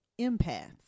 empaths